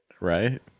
Right